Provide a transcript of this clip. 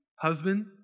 husband